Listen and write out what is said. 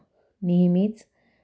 नेहमीच